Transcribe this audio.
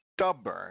stubborn